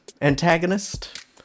antagonist